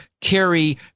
carry